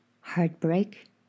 heartbreak